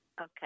Okay